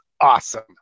awesome